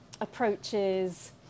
approaches